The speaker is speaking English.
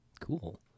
Cool